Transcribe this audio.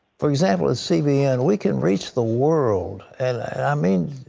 for example, at cbn we can reach the world. i mean,